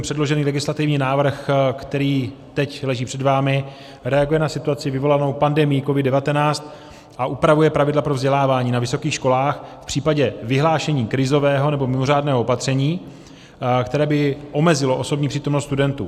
Předložený legislativní návrh, který teď leží před vámi, reaguje na situaci vyvolanou pandemií COVID19 a upravuje pravidla pro vzdělávání na vysokých školách v případě vyhlášení krizového nebo mimořádného opatření, které by omezilo osobní přítomnost studentů.